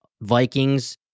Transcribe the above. Vikings